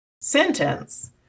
sentence